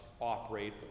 operate